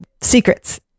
secrets